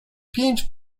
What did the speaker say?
pięć